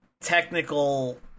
technical